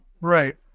Right